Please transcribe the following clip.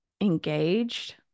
engaged